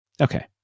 Okay